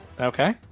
okay